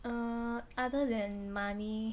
err other than money